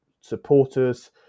supporters